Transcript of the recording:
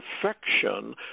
perfection